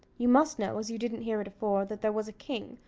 you must know, as you didn't hear it afore, that there was a king,